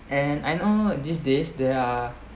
and I know these days there are